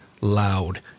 loud